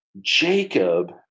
Jacob